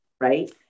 right